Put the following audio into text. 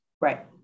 right